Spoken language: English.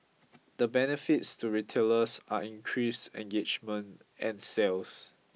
the benefits to retailers are increased engagement and sales